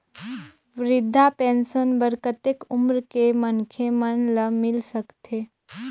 वृद्धा पेंशन बर कतेक उम्र के मनखे मन ल मिल सकथे?